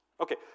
okay